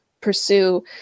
pursue